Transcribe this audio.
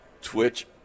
twitch